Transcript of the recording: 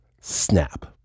snap